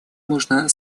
можно